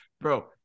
bro